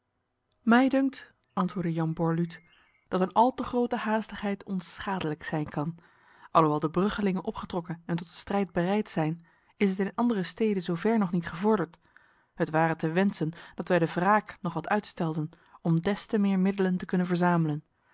dunkt antwoordde jan borluut dat een al te grote haastigheid ons schadelijk zijn kan alhoewel de bruggelingen opgetrokken en tot de strijd bereid zijn is het in andere steden zo ver nog niet gevorderd het ware te wensen dat wij de wraak nog wat uitstelden om des te meer middelen te kunnen verzamelen